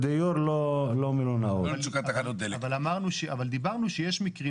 תודה גם לך.